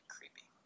Creepy